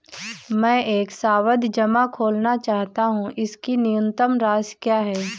मैं एक सावधि जमा खोलना चाहता हूं इसकी न्यूनतम राशि क्या है?